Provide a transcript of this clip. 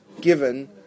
given